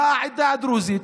באה העדה הדרוזית,